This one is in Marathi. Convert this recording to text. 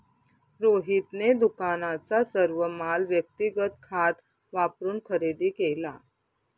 रोहितने दुकानाचा सर्व माल व्यक्तिगत खात वापरून खरेदी केला